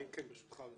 כן, ברשותך.